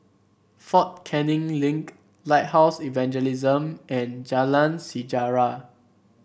Fort Canning Link Lighthouse Evangelism and Jalan Sejarah